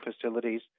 facilities